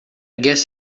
guess